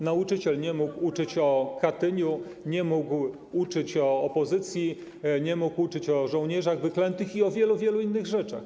Nauczyciel nie mógł uczyć o Katyniu, nie mógł uczyć o opozycji, nie mógł uczyć o żołnierzach wyklętych i o wielu, wielu innych rzeczach.